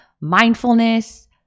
mindfulness